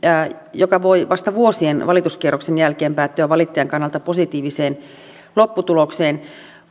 joka voi vasta vuosien valituskierroksen jälkeen päättyä valittajan kannalta positiiviseen lopputulokseen